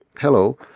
Hello